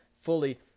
fully